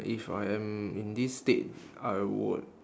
if I am in this state I would